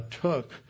took